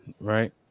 right